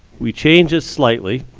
we changed it slightly.